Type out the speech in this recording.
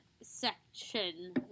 section